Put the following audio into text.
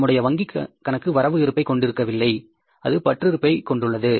நம்முடைய வங்கி கணக்கு வரவு இருப்பை கொண்டிருக்கவில்லை அது பற்று இருப்பை கொண்டுள்ளது